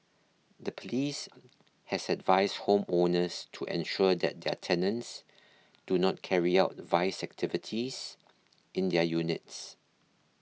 the police has advised home owners to ensure that their tenants do not carry out vice activities in their units